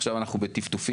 עכשיו אנחנו עושים